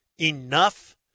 enough